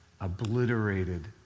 obliterated